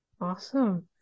Awesome